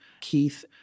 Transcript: Keith